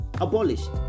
abolished